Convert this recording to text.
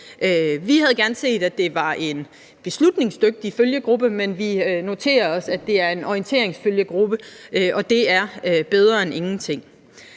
Vi havde gerne set, at det var en beslutningsdygtig følgegruppe, men vi noterer os, at det er en orienteringsfølgegruppe, og det er bedre end ingenting.